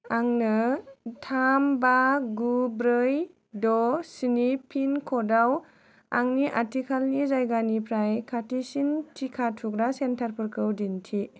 आंनो थाम बा गु ब्रै द' स्नि पिन कडआव आंनि आथिखालनि जायगानिफ्राय खाथिसिन टिका थुग्रा सेन्टारफोरखौ दिन्थि